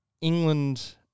England